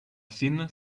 thin